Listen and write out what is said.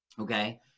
okay